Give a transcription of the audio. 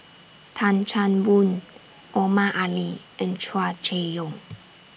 Tan Chan Boon Omar Ali and Hua Chai Yong